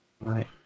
right